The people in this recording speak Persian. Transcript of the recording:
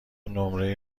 نمره